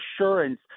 assurance